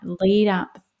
lead-up